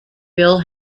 bill